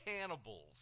cannibals